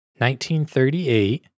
1938